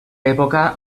època